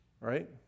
right